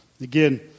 Again